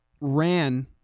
ran